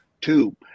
two